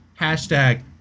Hashtag